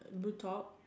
blue top